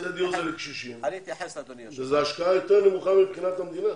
וזו השקעה יותר נמוכה מבחינת המדינה.